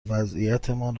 وضعیتمان